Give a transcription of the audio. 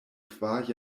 kvar